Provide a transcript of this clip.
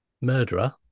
murderer